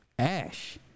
ash